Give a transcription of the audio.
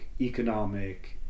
economic